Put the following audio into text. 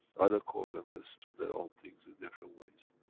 other core members do their own things in different ways.